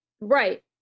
Right